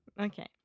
Okay